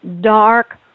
dark